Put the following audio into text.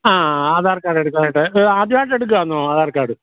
ആ അധാർ കാർഡ് എടുക്കാനായിട്ട് ഇത് ആദ്യവായിട്ട് എടുക്കുവാണോ അധാർ കാർഡ്